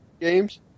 games